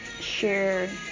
share